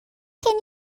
can